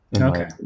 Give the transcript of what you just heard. Okay